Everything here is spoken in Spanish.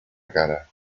cara